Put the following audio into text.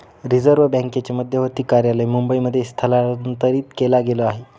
भारतीय रिझर्व बँकेचे मध्यवर्ती कार्यालय मुंबई मध्ये स्थलांतरित केला गेल आहे